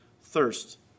thirst